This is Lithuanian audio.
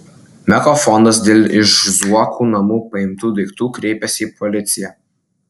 meko fondas dėl iš zuokų namų paimtų daiktų kreipėsi į policiją